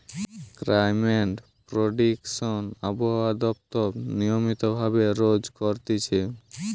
climate prediction আবহাওয়া দপ্তর নিয়মিত ভাবে রোজ করতিছে